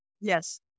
Yes